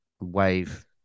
wave